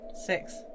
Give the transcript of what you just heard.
Six